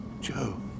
Joe